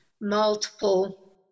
multiple